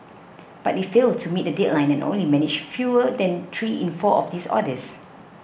but it failed to meet the deadline and only managed fewer than three in four of these orders